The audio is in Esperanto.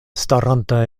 staranta